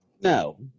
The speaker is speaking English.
No